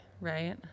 right